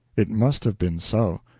it must have been so.